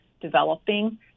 developing